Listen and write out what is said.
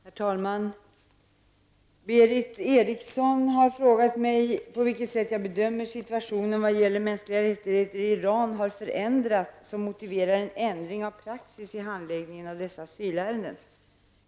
Herr talman! Berith Eriksson har frågat mig på vilket sätt jag bedömer att situationen vad gäller mänskliga rättigheter i Iran har förändrats som motiverar en ändring av praxis i handläggningen av dessa asylärenden.